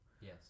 yes